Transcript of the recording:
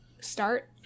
start